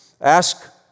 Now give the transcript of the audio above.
Ask